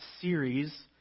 series